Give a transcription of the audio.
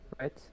right